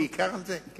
בעיקר על זה.